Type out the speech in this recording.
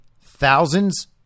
thousands